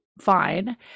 fine